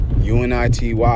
UNITY